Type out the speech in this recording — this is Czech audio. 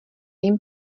jim